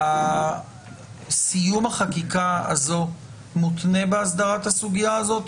האם סיום החקיקה הזאת מותנה בהסדרת הסוגיה הזאת,